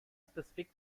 specific